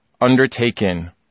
undertaken